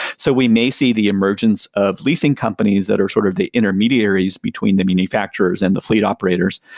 so we may see the emergence of leasing companies that are sort of the intermediaries between the manufacturers and the fleet operators.